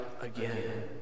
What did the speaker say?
again